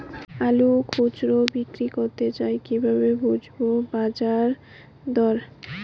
আলু খুচরো বিক্রি করতে চাই কিভাবে বুঝবো বাজার দর?